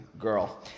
Girl